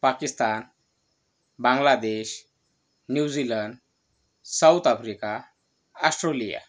Pakistan Bangladesh New Zealand South Africa Australia